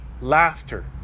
laughter